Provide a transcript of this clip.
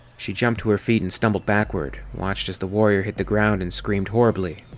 she jumped to her feet and stumbled backward, watched as the warrior hit the ground and screamed horribly.